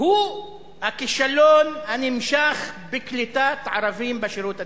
הוא הכישלון הנמשך בקליטת ערבים בשירות הציבורי,